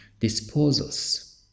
disposals